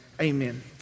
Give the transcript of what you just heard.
amen